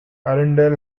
arundel